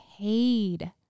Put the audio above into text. paid